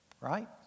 Right